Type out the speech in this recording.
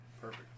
Perfect